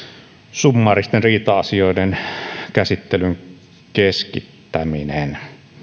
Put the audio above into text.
summaaristen riita asioiden käsittelyn keskittäminen